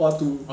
what to do